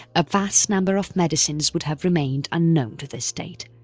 a vast number of medicines would have remained unknown to this date.